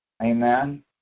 Amen